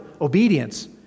obedience